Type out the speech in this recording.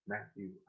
Matthew